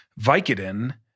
Vicodin